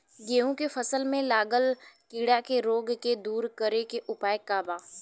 गेहूँ के फसल में लागल कीड़ा के रोग के दूर करे के उपाय का बा?